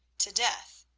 to death,